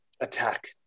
attack